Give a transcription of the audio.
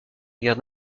guerre